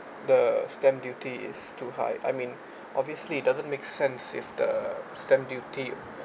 the stamp duty is too high I mean obviously it doesn't make sense if the stamp duty